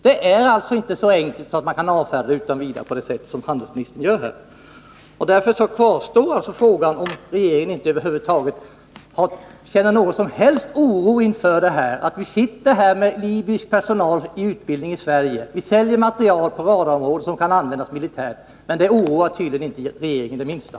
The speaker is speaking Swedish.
Det är alltså inte så enkelt att man kan avfärda det utan vidare på det sätt som handelsministern gör här. Därför kvarstår frågan om regeringen inte över huvud taget känner någon som helst oro inför det förhållandet att vi sitter här med libysk personal under utbildning i Sverige, att vi säljer materiel på radarområdet som kan användas militärt. Det oroar tydligen inte regeringen det minsta.